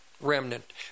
remnant